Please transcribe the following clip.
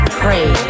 pray